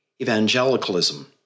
Evangelicalism